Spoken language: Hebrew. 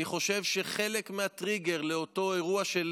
אני חושב שחלק מהטריגר לאותו אירוע של